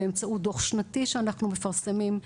באמצעות דו"ח שנתי שאנחנו מפרסמים,